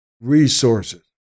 resources